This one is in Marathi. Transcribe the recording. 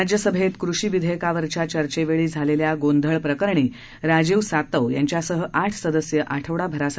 राज्यसभेत कृषी विधेयकावरच्या चर्चेवेळी झालेल्या गोंधळाप्रकरणी राजीव सातव यांच्यासह आठ सदस्य आठवडाभरासाठी